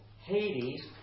Hades